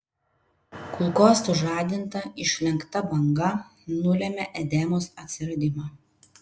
kulkos sužadinta išlenkta banga nulėmė edemos atsiradimą